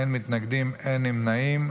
אין מתנגדים, אין נמנעים.